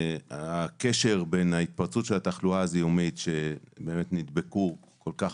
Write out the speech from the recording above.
הקשר בין התפרצות של התחלואה הזיהומית שנדבקו בה כל כך